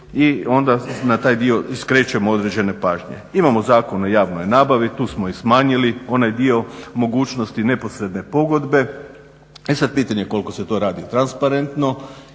i onda na taj dio skrećemo određene pažnje. Imamo Zakon o javnoj nabavi, tu smo i smanjili onaj dio mogućnosti neposredne pogodbe, e sad pitanje je koliko se to radi transparentno